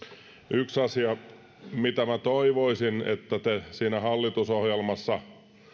yksi asia mitä minä toivoisin että te siinä hallitusohjelmassa